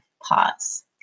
Pause